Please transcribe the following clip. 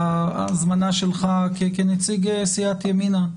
ההזמנה שלך כנציג סיעת ימינה,